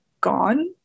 gone